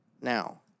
Now